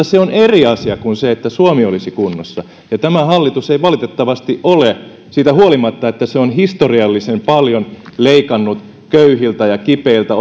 se on eri asia kuin se että suomi olisi kunnossa ja tämä hallitus ei valitettavasti ole siitä huolimatta että se on historiallisen paljon leikannut köyhiltä ja kipeiltä